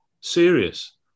serious